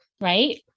right